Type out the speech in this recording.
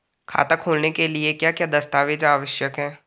खाता खोलने के लिए क्या क्या दस्तावेज़ आवश्यक हैं?